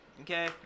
Okay